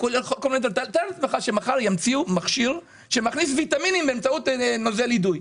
תאר לעצמך שמחר ימציאו מכשיר שמכניס ויטמינים באמצעות נוזל אידוי.